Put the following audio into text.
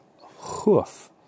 hoof